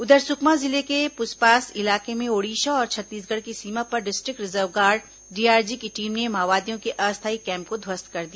उधर सुकमा जिले के पुसपास इलाके में ओडिशा और छत्तीसगढ़ की सीमा पर डिस्ट्रिक्ट रिजर्व गार्ड डीआरजी की टीम ने माओवादियों के अस्थायी कैम्प को ध्वस्त कर दिया